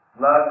love